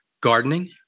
gardening